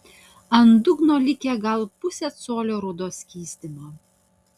ant dugno likę gal pusė colio rudo skystimo